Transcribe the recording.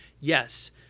Yes